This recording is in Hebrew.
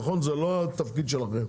נכון זה לא התפקיד שלכם,